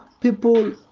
people